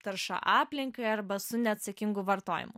tarša aplinkai arba su neatsakingu vartojimu